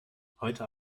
heute